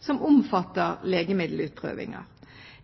som omfatter legemiddelutprøvinger.